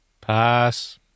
Pass